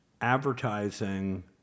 advertising